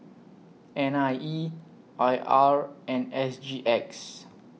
N I E I R and S G X